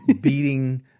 beating